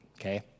okay